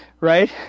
right